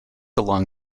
along